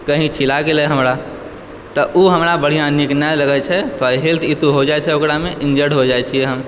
कही छिला गेलै हमरा तऽ ऊ हमरा बढ़िया नीक नै लगै छै थोड़ा हेल्थ इश्यू होइ जाइ छै ओकरामे इञ्जर्ड भऽ जाइ छियै हम